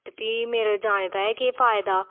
ते फ्ही मेरे जाने दा केह् फायदा